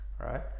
right